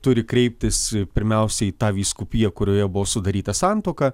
turi kreiptis pirmiausia į tą vyskupiją kurioje buvo sudaryta santuoka